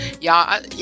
Y'all